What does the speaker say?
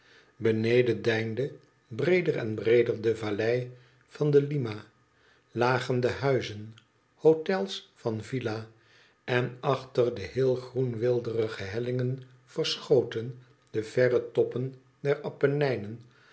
beneden detnde breeder en breeder de vallei van de lima lagen de huizen hotels van villa en achter de heel groen weelderige hellingen verschoten de verre toppen der appenijnen